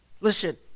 listen